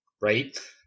right